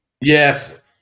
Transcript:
Yes